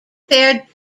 fared